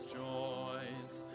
joys